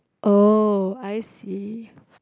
oh I see